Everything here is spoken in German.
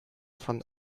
von